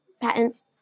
patents